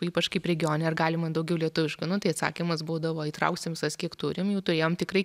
ypač kaip regione ar galima daugiau lietuviška nu tai atsakymas būdavo įtrauksim visas kiek turim jų turėjom tikrai